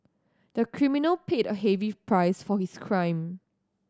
the criminal paid a heavy price for his crime